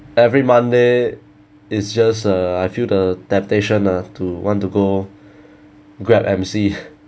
every monday is just uh I feel the temptation ah to want to go grab M_C